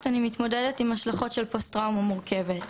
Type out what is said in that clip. אני מתמודדת עם השלכות של פוסט-טראומה מורכבת.